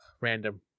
Random